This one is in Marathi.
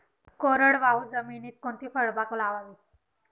कोरडवाहू जमिनीत कोणती फळबाग लावावी?